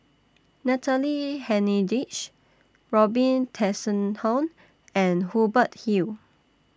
Natalie Hennedige Robin Tessensohn and Hubert Hill